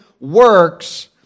works